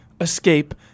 escape